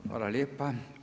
Hvala lijepa.